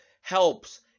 helps